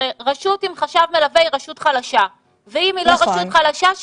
הרי רשות עם חשב מלווה היא רשות חלשה ואם היא לא רשות חלשה,